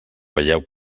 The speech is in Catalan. veieu